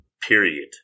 period